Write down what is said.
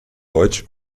deutsch